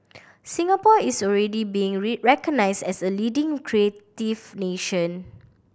Singapore is already being recognised as a leading creative nation